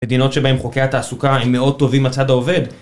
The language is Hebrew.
מדינות שבהם חוקי התעסוקה הם מאוד טובים מהצד העובד